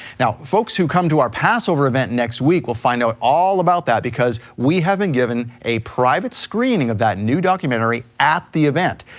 now, folks who come to our passover event next week will find out all about that because we haven't given a private screening of that new documentary at the event.